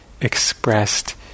expressed